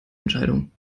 entscheidung